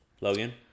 Logan